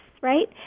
right